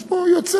יש פה יוצאי,